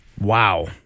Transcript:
wow